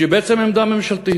שהיא בעצם עמדה ממשלתית,